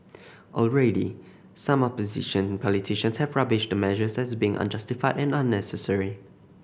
already some opposition politicians have rubbished the measures as being unjustified and unnecessary